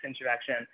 interaction